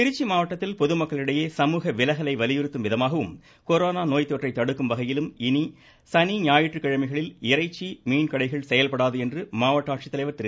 திருச்சி மாவட்டத்தில் பொதுமக்களிடையே சமூக விலகலை வலியுறுத்தும் விதமாகவும் கொரோனா நோய் தொற்றை தடுக்கும் வகையிலும் இனி சனி ஞாயிற்றுக்கிழமைகளில் இறைச்சி மீன் கடைகள் செயல்படாது என மாவட்ட ஆட்சித்தலைவர் திரு